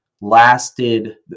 lasted